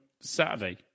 Saturday